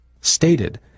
stated